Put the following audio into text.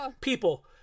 People